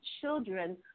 children